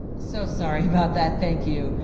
so sorry about that. thank you,